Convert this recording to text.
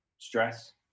stress